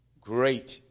Great